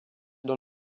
dans